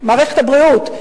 מערכת הבריאות,